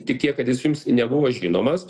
tik tiek kad jis jums nebuvo žinomas